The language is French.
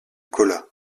colla